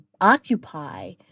occupy